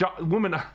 woman